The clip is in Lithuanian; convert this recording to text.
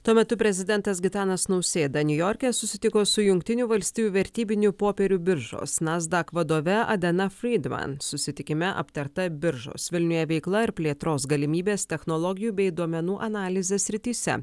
tuo metu prezidentas gitanas nausėda niujorke susitiko su jungtinių valstijų vertybinių popierių biržos nasdaq vadove adena frydman susitikime aptarta biržos vilniuje veikla ir plėtros galimybės technologijų bei duomenų analizės srityse